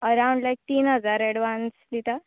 around लायक तीन हजार एडवांस दिता